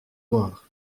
noir